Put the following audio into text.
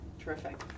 Terrific